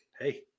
Hey